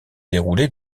déroulées